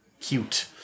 cute